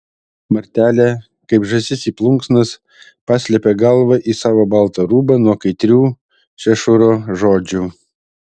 martelė kaip žąsis į plunksnas paslepia galvą į savo baltą rūbą nuo kaitrių šešuro žodžių